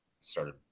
started